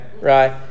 right